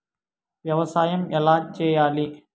వ్యవసాయం ఎలా చేయాలి?